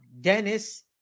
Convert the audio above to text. Dennis